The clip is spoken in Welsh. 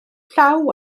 llaw